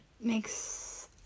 makes